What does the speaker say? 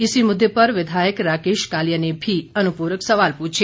इसी मुद्दे पर विधायक राकेश पठानिया ने भी अनुपूरक सवाल पूछे